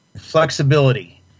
flexibility